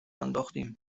انداختیم